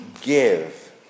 give